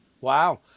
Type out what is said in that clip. Wow